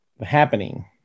happening